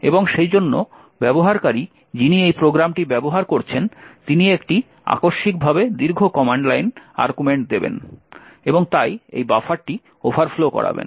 এবং সেইজন্য ব্যবহারকারী যিনি এই প্রোগ্রামটি ব্যবহার করছেন তিনি একটি আকস্মিকভাবে দীর্ঘ কমান্ড লাইন আর্গুমেন্ট দেবেন এবং তাই এই বাফারটি ওভারফ্লো করাবেন